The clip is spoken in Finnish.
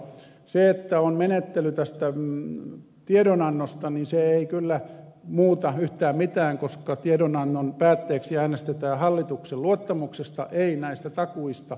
se että on menettely tästä tiedonannosta ei kyllä muuta yhtään mitään koska tiedonannon päätteeksi äänestetään hallituksen luottamuksesta ei näistä takuista